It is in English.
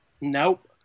Nope